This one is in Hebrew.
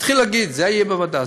התחיל להגיד: זה יהיה בוועדה,